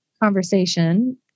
conversation